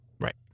Right